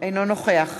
אינו נוכח